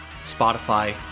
Spotify